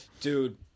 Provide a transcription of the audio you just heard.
dude